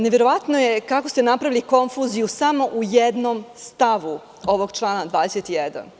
Neverovatno je kako ste napravili konfuziju samo u jednom stavu ovog člana 21.